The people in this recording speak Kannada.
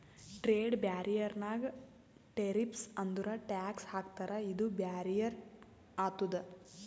ಟ್ರೇಡ್ ಬ್ಯಾರಿಯರ್ ನಾಗ್ ಟೆರಿಫ್ಸ್ ಅಂದುರ್ ಟ್ಯಾಕ್ಸ್ ಹಾಕ್ತಾರ ಇದು ಬ್ಯಾರಿಯರ್ ಆತುದ್